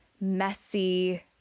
messy